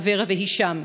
אברה והישאם,